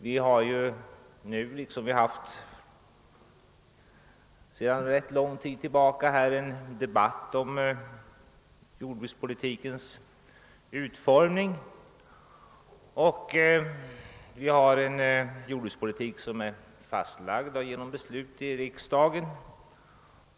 Vi har ju nu liksom vi haft sedan ganska lång tid tillbaka en debatt om jordbrukspolitikens utformning. Vår jordbrukspolitik är ju fastlagd genom beslut av riksdagen.